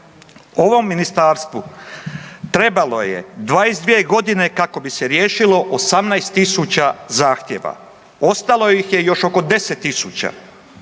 Ovom ministarstvu trebalo je 22 godine kako bi se riješilo 18000 zahtjeva. Ostalo ih je još oko 10 000